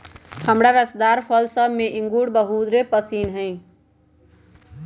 हमरा रसदार फल सभ में इंगूर बहुरे पशिन्न हइ